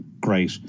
great